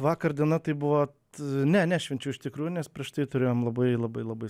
vakar diena tai buvo ne nešvenčiau iš tikrųjų nes prieš tai turėjom labai labai labai